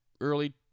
early